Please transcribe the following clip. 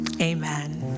Amen